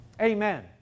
Amen